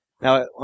Now